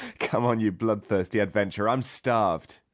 come on, you bloodthirsty adventurer, i'm starved!